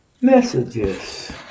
messages